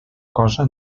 cosa